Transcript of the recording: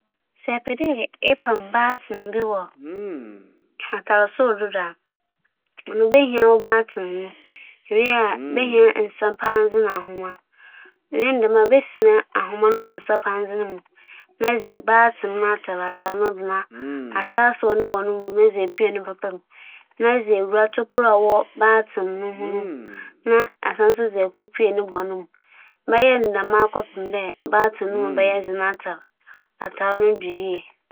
Sɛ adze a medze toto m'atar sor dze etu a, adze a meyɛ nye dɛ mohwehwɛ pandze na ahoma a medze bɛpam. Na ahoma no ͻwͻ dɛ n'ahosu nye m'atar no n'ahosu so kͻ. Dɛm ntsi muwie no dɛm a, mefaa adze no na mohwɛ no mu ntokura a wͻabobͻ no na medze wura mu mpɛn bɛyɛ anan anaa esia na muwie a mobͻ no pͻw.